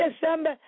December